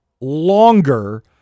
longer